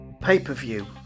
Pay-per-view